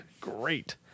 great